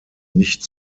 nicht